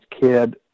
Kid